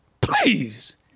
Please